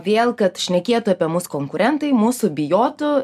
vėl kad šnekėtų apie mus konkurentai mūsų bijotų